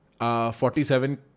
47